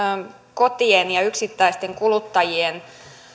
kotien ja yksittäisten kuluttajien